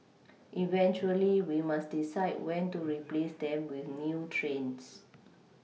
eventually we must decide when to replace them with new trains